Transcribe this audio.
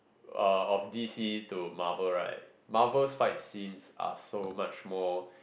uh of DC to Marvel right Marvel fight scenes are so much more